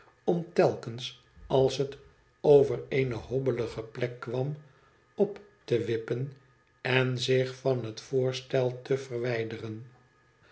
om telkens als het over eene hobbelige plek kwam op te wippen en zich van het voorstel te verwijderen